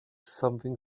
something